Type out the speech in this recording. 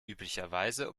üblicherweise